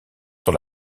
sur